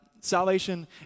Salvation